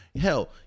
Hell